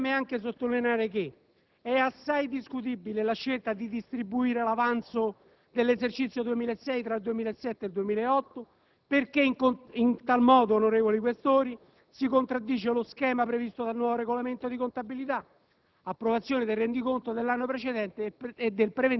e non i ritardi fin qui registrati. Mi preme anche sottolineare che è assai discutibile la scelta di distribuire l'avanzo dell'esercizio 2006 tra gli anni 2007 e 2008 perché in tal modo, onorevoli Questori, si contraddice lo schema previsto dal nuovo regolamento di contabilità: